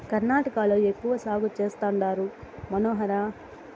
కర్ణాటకలో ఎక్కువ సాగు చేస్తండారు మనోహర